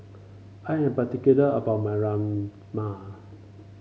I am particular about my Rajma